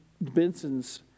Benson's